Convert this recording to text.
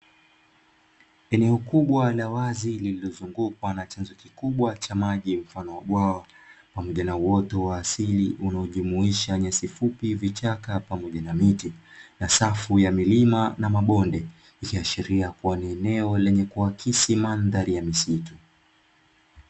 Eneo kubwa la wazi lililozungukwa na chanzo kikubwa cha maji mfano wa bwawa pamoja na uoto wa asili unaojumuisha nyasi fupi, vichaka pamoja na miti na safu ya milima na mabonde ikiashiria kuwa ni eneo la kuaklisi mandhari ya misitu.